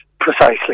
Precisely